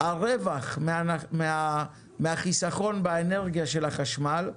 והרווח מהחיסכון באנרגיה של החשמל,